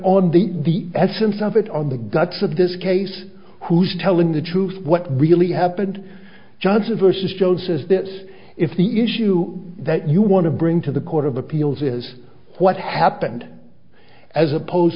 on the essence of it on the guts of this case who's telling the truth what really happened johnson versus jones says this if the issue that you want to bring to the court of appeals is what happened as opposed